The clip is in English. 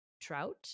trout